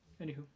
Anywho